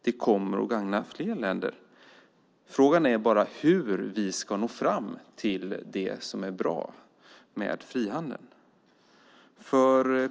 Den kommer att gagna fler länder. Frågan är bara hur vi ska nå fram till det som är bra med frihandel.